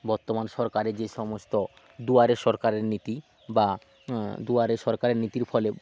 বর্তমান সরকারের যে সমস্ত দুয়ারে সরকারের নীতি বা দুয়ারে সরকারের নীতির ফলে